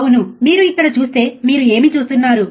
అవును మీరు ఇక్కడ చూస్తే మీరు ఏమి చూస్తున్నారు